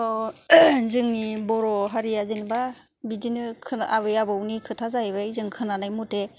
औ जोंनि बर' हारिया जेनेबा बिदिनो आबौ आबैनि खोथा जाहैबाय जों खोनानाय बादिब्ला